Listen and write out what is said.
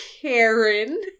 Karen